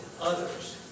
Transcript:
others